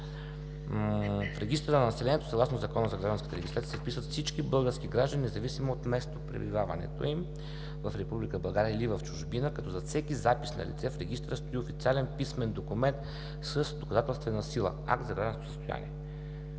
В регистъра на населението, съгласно Закона за гражданската регистрация, се вписват всички български граждани, независимо от местопребиваването им – в Република България или в чужбина, като зад всеки запис на лице в регистъра стои официален писмен документ с доказателствена сила – акт за гражданско състояние.